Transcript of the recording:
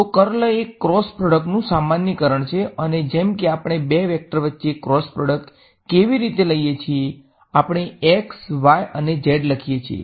તોકર્લ એ ક્રોસ પ્રોડક્ટનું સામાન્યકરણ છે અને જેમ કે આપણે બે વેક્ટર વચ્ચે ક્રોસ પ્રોડક્ટ કેવી રીતે લઈએ છીએ આપણે x y અને z લખીએ છીએ